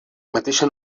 mateixa